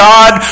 God